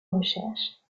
recherches